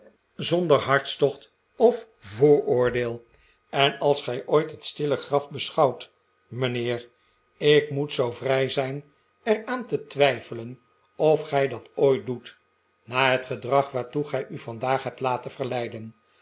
zonder hartstocht of vooroordeel en als gij ooit het stille graf beschouwt mijnheer ik moet zoo vrij zijn er aan te twijfelen of gij dat ooit doet na het gedrag waartoe gij u vandaag hebt laten verleiden